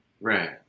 Right